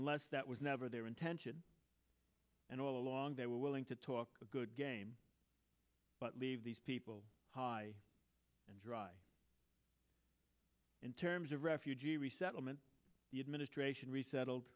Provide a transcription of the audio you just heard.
unless that was never their intention and all along they were willing to talk a good game but leave these people high and dry in terms of refugee resettlement administration resettle